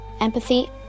empathy